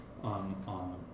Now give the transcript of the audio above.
on